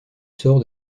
sort